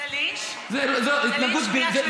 זה לינץ' זה לינץ', כן?